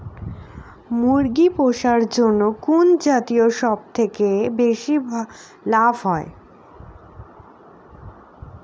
মুরগি পুষার জন্য কুন জাতীয় সবথেকে বেশি লাভ হয়?